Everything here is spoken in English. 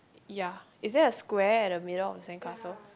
ya is there a square at the middle of the sandcastle